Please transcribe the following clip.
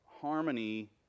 Harmony